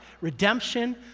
redemption